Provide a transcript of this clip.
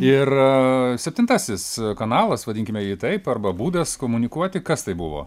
ir septintasis kanalas vadinkime jį taip arba būdas komunikuoti kas tai buvo